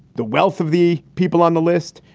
the wealth of the people on the list,